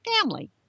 family